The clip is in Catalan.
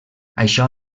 això